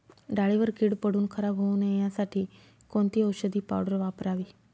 डाळीवर कीड पडून खराब होऊ नये यासाठी कोणती औषधी पावडर वापरावी?